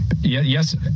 Yes